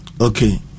Okay